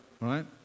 right